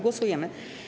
Głosujemy.